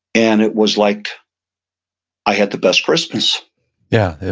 and it was like i had the best christmas yeah,